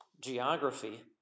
geography